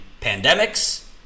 pandemics